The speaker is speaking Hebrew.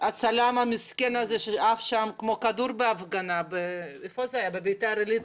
הצלם המסכן הזה שעף שם כמו כדור בהפגנה בביתר עילית